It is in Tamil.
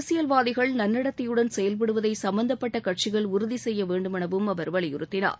அரசியல்வாதிகள் நன்னடத்தையுடன் செயல்படுவதை சம்பந்தப்பட்ட கட்சிகள் உறுதி செய்ய வேண்டுமெனவும் அவர் வலியுறுத்தினார்